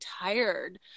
tired